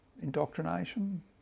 indoctrination